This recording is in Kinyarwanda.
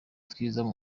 twiza